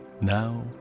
now